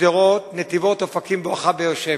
שדרות, נתיבות, אופקים, בואכה באר-שבע.